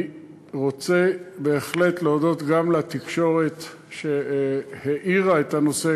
אני רוצה בהחלט להודות גם לתקשורת שהאירה את הנושא,